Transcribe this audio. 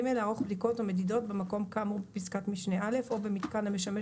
לערוך בדיקות או מדידות במקום כאמור בפסקת משנה (א) או במיתקן המשמש